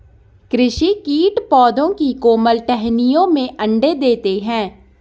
कृषि कीट पौधों की कोमल टहनियों में अंडे देते है